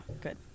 good